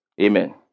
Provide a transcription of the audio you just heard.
Amen